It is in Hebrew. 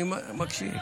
אני מקשיב.